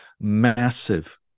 massive